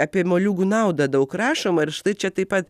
apie moliūgų naudą daug rašoma ir štai čia taip pat